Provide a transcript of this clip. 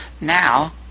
now